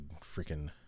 freaking